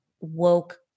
woke